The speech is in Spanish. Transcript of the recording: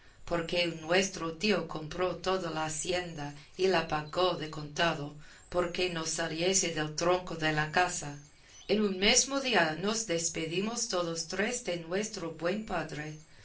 porque un nuestro tío compró toda la hacienda y la pagó de contado porque no saliese del tronco de la casa en un mesmo día nos despedimos todos tres de nuestro buen padre